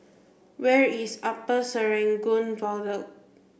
where is Upper Serangoon Viaduct